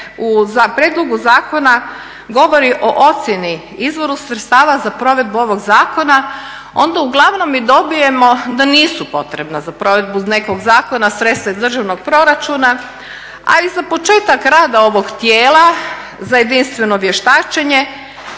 u prijedlogu zakona govori o ocjeni, izvoru sredstava za provedbu ovoga zakona onda uglavnom i dobijemo da nisu potrebna za provedbu nekog zakona sredstva iz državnog proračuna a i za početak rada ovoga tijela, za jedinstveno vještačenje